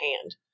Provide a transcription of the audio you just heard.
hand